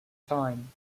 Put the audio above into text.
time